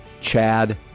Chad